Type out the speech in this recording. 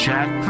Jack